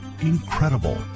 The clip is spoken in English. Incredible